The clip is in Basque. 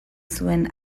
zuen